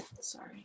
sorry